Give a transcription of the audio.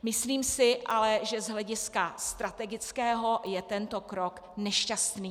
Myslím si ale, že z hlediska strategického je tento krok nešťastný.